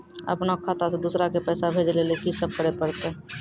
अपनो खाता से दूसरा के पैसा भेजै लेली की सब करे परतै?